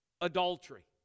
adultery